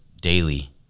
daily